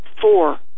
four